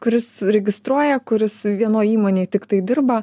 kuris registruoja kuris vienoj įmonėj tiktai dirba